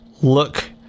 look